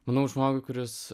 manau žmogui kuris